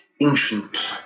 ancient